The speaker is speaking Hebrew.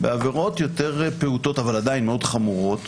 בעבירות יותר פעוטות אבל עדיין מאוד חמורות,